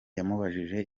yamubajije